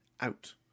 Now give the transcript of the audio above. out